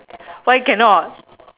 why cannot